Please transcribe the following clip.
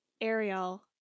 Ariel